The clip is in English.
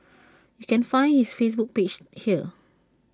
you can find his Facebook page here